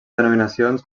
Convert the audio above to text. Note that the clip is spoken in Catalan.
denominacions